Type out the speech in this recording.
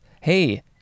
Hey